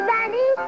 Bunny